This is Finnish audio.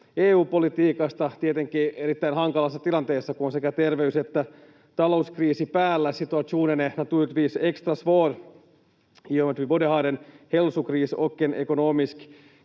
EU-politiikasta — tietenkin erittäin hankalassa tilanteessa, kun on sekä terveys‑ että talouskriisi päällä. Situationen är naturligtvis extra svår i och med att vi både har en hälsokris och en ekonomisk